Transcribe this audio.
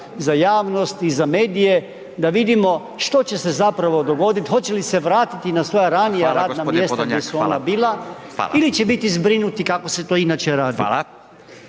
za javnost i za medije, da vidimo što će se zapravo dogodit hoće li se vratiti na svoja ranija radna mjesta gdje su oni …/Upadica: Hvala gospodine